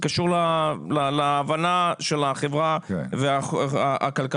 זה קשור להבנה של החברה והכלכלה.